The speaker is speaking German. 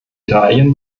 italien